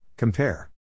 Compare